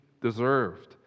deserved